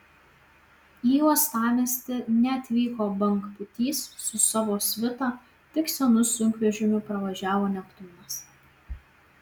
į uostamiestį neatvyko bangpūtys su savo svita tik senu sunkvežimiu pravažiavo neptūnas